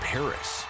Paris